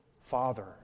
father